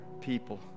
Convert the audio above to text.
people